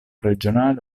regionale